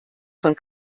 von